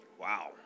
Wow